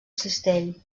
cistell